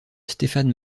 stéphane